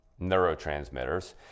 neurotransmitters